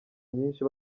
myinshi